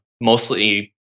Mostly